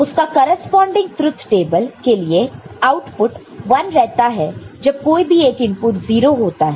उसका corresponding truth table के लिए आउटपुट 1 रहता जब कोई भी एक इनपुट 0 होता है